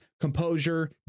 composure